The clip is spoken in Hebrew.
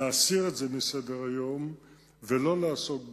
להסיר את זה מסדר-היום ולא לעסוק בזה,